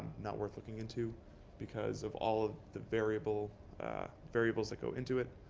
not worth looking into because of all of the variable variables that go into it.